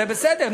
וזה בסדר,